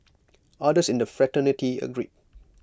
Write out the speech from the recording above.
others in the fraternity agreed